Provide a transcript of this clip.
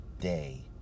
day